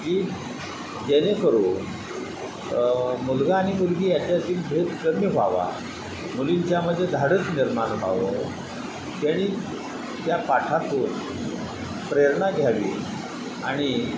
की जेणेकरून मुलगा आणि मुलगी याच्यातील भेद कमी व्हावा मुलींच्या मध्ये धाडस निर्माण व्हावं त्यानी त्या पाठातून प्रेरणा घ्यावी आणि